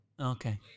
Okay